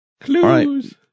Clues